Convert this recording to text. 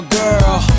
girl